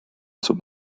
zum